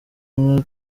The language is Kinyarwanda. umwe